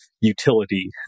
utility